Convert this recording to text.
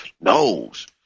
knows